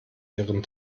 ihren